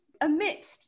amidst